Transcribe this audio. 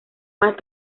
más